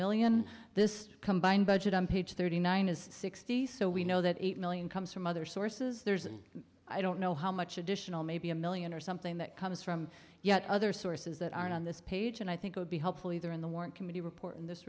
million this combined budget on page thirty nine is sixty so we know that eight million comes from other sources there's and i don't know how much additional maybe a million or something that comes from yet other sources that aren't on this page and i think would be helpful either in the warrant committee report in this